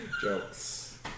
jokes